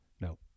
No